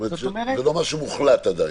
זאת אומרת, זה לא משהו שהוחלט עדיין.